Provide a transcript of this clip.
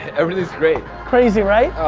everything's great. crazy, right?